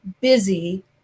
busy